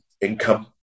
income